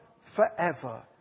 forever